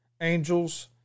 Angels